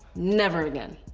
never again.